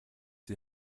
die